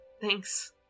Thanks